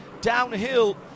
downhill